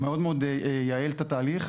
מאוד מאוד ייעל את התהליך.